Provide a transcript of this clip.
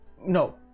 No